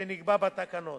שנקבע בתקנות.